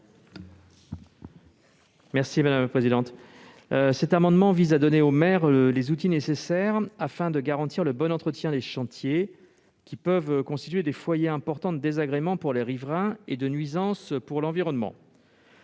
M. Didier Marie. Cet amendement vise à donner aux maires les outils nécessaires pour garantir le bon entretien des chantiers, lesquels peuvent constituer des foyers importants de désagréments pour les riverains et de nuisances pour l'environnement.